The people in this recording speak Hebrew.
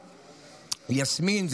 יסמין,